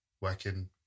working